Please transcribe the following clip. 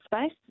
space